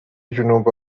جنوب